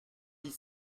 dix